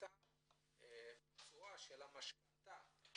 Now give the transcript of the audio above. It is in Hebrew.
ביצוע של המשכנתא,